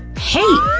hey!